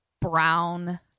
brown